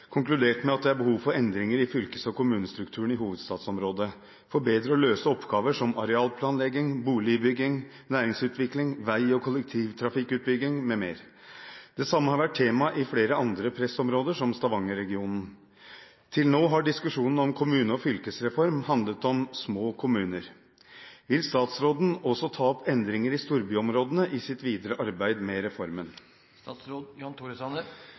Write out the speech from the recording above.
konkludert med at det er behov for endringer i fylkes- og kommunestrukturen i hovedstadsområdet for bedre å løse oppgaver som arealplanlegging, boligbygging, næring, vei- og kollektivutbygging m.m. Det samme har vært tema i flere andre pressområder, som Stavanger-regionen. Til nå har diskusjonen om kommune- og fylkesreform handlet om små kommuner. Vil statsråden også ta opp endringer i storbyområdene i sitt videre arbeid med reformen?»